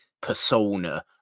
persona